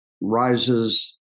rises